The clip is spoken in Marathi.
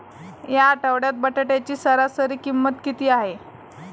या आठवड्यात बटाट्याची सरासरी किंमत किती आहे?